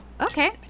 Okay